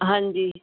ਹਾਂਜੀ